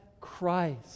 Christ